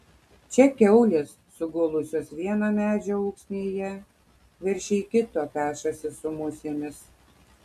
čia kiaulės sugulusios vieno medžio ūksmėje veršiai kito pešasi su musėmis